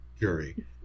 jury